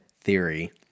theory